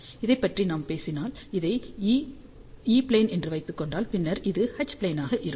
இதைப் பற்றி நாம் பேசினால் இதை E ப்லேன் என்று வைத்துக்கொண்டால் பின்னர் இது H ப்லேனாக இருக்கும்